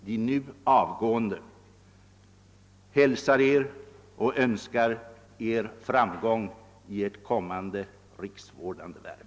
De nu avgående ledamöterna hälsar er och önskar er framgång i ert kommande riksvårdande verk.